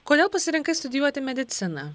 kodėl pasirinkai studijuoti mediciną